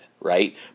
right